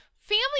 Family